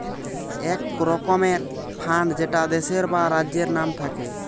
এক রকমের ফান্ড যেটা দেশের বা রাজ্যের নাম থাকে